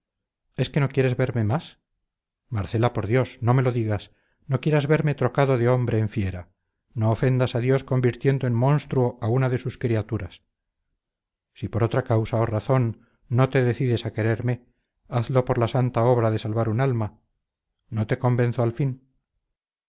es que no quieres verme más marcela por dios no me lo digas no quieras verme trocado de hombre en fiera no ofendas a dios convirtiendo en monstruo a una de sus criaturas si por otra causa o razón no te decides a quererme hazlo por la santa obra de salvar un alma no te convenzo al fin